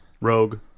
Rogue